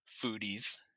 foodies